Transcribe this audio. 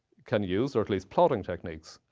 can use, or at least plotting techniques.